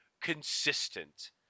consistent